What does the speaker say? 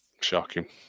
Shocking